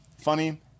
Funny